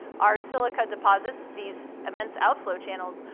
our silica deposits. these immense outflow channels.